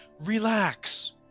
relax